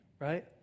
right